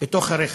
בתוך הרכב.